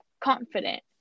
confident